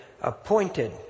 appointed